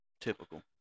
Typical